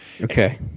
okay